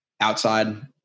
outside